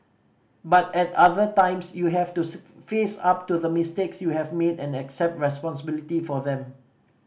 but at other times you have to face up to the mistakes you have made and accept responsibility for them